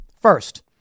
First